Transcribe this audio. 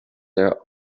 their